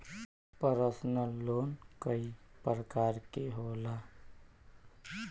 personal loan कई परकार के होला